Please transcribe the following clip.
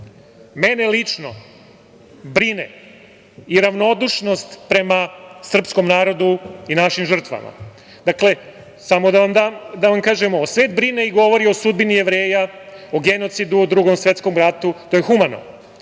Mene lično brine i ravnodušnost prema srpskom narodu i našim žrtvama. Dakle, samo da vam kažem ovo. Svet brine i govori o sudbini Jevreja, o genocidu o Drugom svetskom ratu. To je humano.